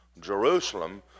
Jerusalem